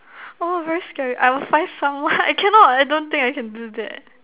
oh very scary I will find someone I cannot I don't think I can do that